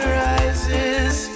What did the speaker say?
rises